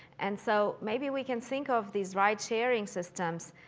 and so maybe we can think of these ride sharing systems,